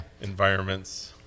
environments